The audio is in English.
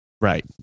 right